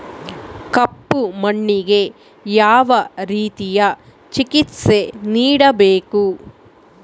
ಕಪ್ಪು ಮಣ್ಣಿಗೆ ಯಾವ ರೇತಿಯ ಚಿಕಿತ್ಸೆ ನೇಡಬೇಕು?